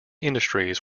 industries